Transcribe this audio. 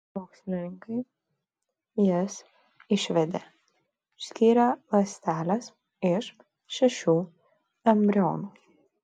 mokslininkai jas išvedė išskyrę ląsteles iš šešių embrionų